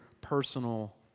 personal